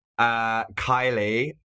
Kylie